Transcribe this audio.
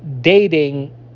dating